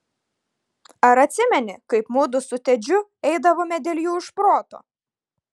ar atsimeni kaip mudu su tedžiu eidavome dėl jų iš proto